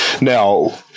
Now